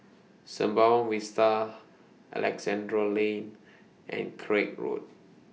Sembawang Vista Alexandra Lane and Craig Road